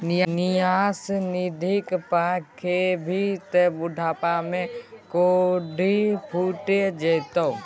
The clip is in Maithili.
न्यास निधिक पाय खेभी त बुढ़ापामे कोढ़ि फुटि जेतौ